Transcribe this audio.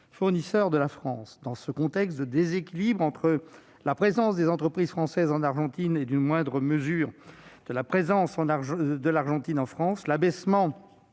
fournisseur de la France. Dans ce contexte de déséquilibre entre la présence des entreprises françaises en Argentine et une moindre présence argentine en France, l'abaissement